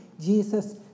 Jesus